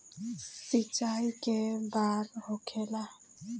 सिंचाई के बार होखेला?